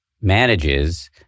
manages